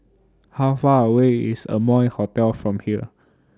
How Far away IS Amoy Hotel from here